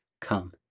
come